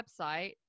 website